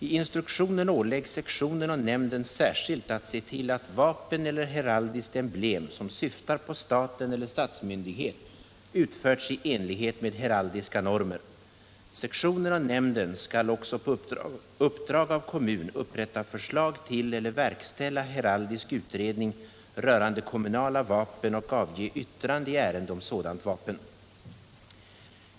I instruktionen åläggs sektionen och nämnden särskilt att se till att vapen eller heraldiskt emblem som syftar på staten eller statsmyndighet utförts i enlighet med heraldiska normer. Sektionen och nämnden skall också på uppdrag av kommun upprätta förslag till eller verkställa heraldisk utredning rörande kommunala vapen och avge yttrande i ärende om sådant vapen.